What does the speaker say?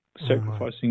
Sacrificing